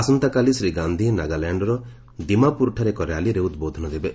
ଆସନ୍ତାକାଲି ଶ୍ରୀ ଗାନ୍ଧି ନାଗାଲ୍ୟାଣ୍ଡର ଦିମାପୁରଠାରେ ଏକ ର୍ୟାଲିରେ ଉଦ୍ବୋଧନ ଦେବେ